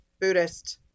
Buddhist